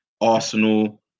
Arsenal